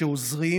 ושעוזרים: